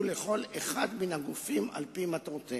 לכל אחד מן הגופים על-פי מטרותיהם.